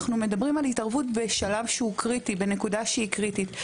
אנחנו מדברים על התערבות בשלב שהוא קריטי ובנקודה שהיא קריטית,